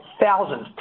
thousands